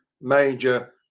major